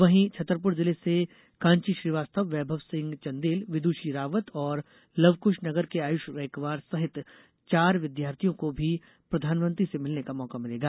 वहीं छतरपुर जिले से कांची श्रीवास्तव वैभव सिंह चन्देल विदुषी रावत और लवकुश नगर के आयुष रैकवार सहित चार विद्यार्थियों को भी प्रधानमंत्री से मिलने का मौका मिलेगा